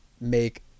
make